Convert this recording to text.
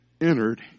entered